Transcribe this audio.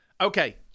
Okay